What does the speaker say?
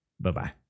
Bye-bye